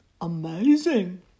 Amazing